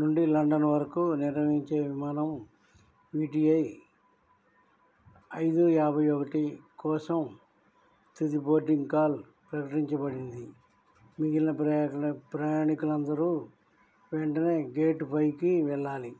నుండి లండన్ వరకు నిర్వహించే విమానం విటిఐ ఐదు యాభై ఒకటి కోసం తుది బోర్డింగ్ కాల్ ప్రకటించబడింది మిగిలిన ప్రయాకుల ప్రయాణికులు అందరు వెంటనే గేట్ ఫైవ్కి వెళ్ళాలి